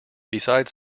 beside